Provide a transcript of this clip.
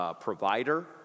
provider